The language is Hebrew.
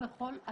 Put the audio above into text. פנית למפכ"ל?